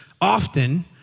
often